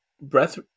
breath